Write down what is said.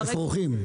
אפרוחים?